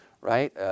right